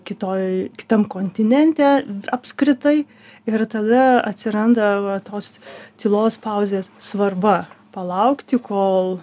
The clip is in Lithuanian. kitoj kitam kontinente apskritai ir tada atsiranda va tos tylos pauzės svarba palaukti kol